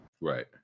right